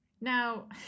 now